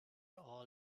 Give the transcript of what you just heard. all